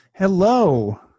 Hello